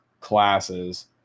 classes